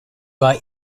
war